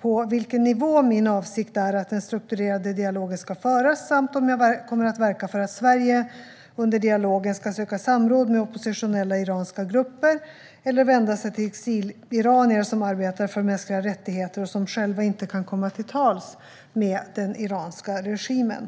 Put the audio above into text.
på vilken nivå jag avser att den strukturerade dialogen ska föras samt om jag kommer att verka för att Sverige under dialogen ska söka samråd med oppositionella iranska grupper eller vända sig till exiliranier som arbetar för mänskliga rättigheter och som själva inte kan komma till tals med den iranska regimen.